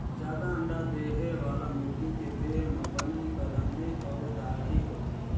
जादा अंडा देहे वाला मुरगी के देह म बने कलंगी अउ दाड़ी होथे